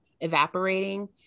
evaporating